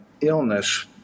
illness